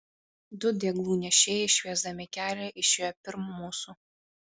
du deglų nešėjai šviesdami kelią išėjo pirm mūsų